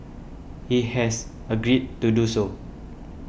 he has agreed to do so